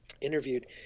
interviewed